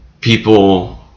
people